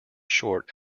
short